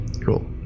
Cool